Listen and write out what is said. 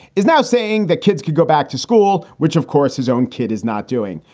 is now saying that kids could go back to school, which, of course, his own kid is not doing.